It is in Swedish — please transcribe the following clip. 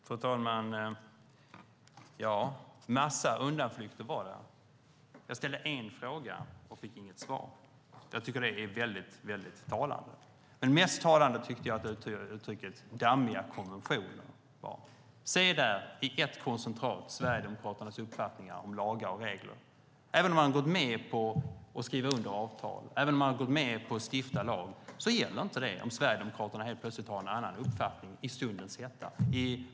Fru talman! "En massa undanflykter" var det. Jag ställde en fråga, men fick inget svar. Det är väldigt talande. Men mest talande tyckte jag att uttrycket "dammiga konventioner" var. Se där! I koncentrat har vi fått Sverigedemokraternas uppfattning om lagar och regler. Även om man har gått med på att skriva under avtal och stifta lag gäller inte det, om Sverigedemokraterna helt plötsligt har en annan uppfattning i stundens hetta.